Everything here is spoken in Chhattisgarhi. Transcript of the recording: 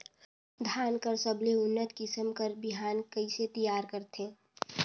धान कर सबले उन्नत किसम कर बिहान कइसे तियार करथे?